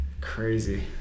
crazy